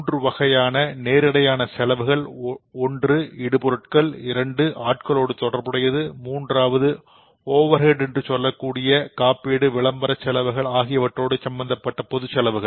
மூன்று வகையான நேரிடையான செலவுகள் ஒன்று இடுபொருட்கள் இரண்டு ஆட்களோடு தொடர்புடையது மூன்றாவது ஓவர்ஹெட் என்று சொல்லக்கூடிய காப்பீடு விளம்பரம் செலவுகள் ஆகியவற்றோடு சம்பந்தப்பட்ட பொது செலவுகள்